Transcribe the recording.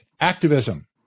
activism